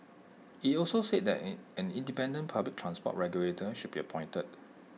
IT also said that an an independent public transport regulator should be appointed